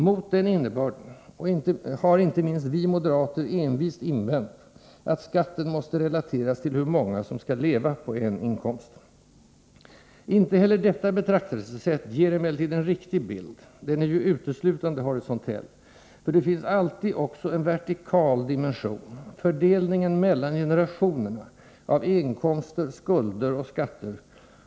Mot den innebörden har inte minst vi moderater envist invänt att skatten måste relateras till hur många som skall leva på en inkomst. Inte heller detta betraktelsesätt ger emellertid en riktig bild — den är ju uteslutande horisontell — för det finns alltid också en vertikal dimension: fördelningen mellan generationerna av inkomster, skulder och skatter.